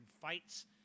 fights